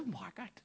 market